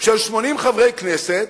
של 80 חברי כנסת,